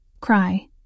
cry